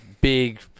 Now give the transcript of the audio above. big